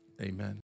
amen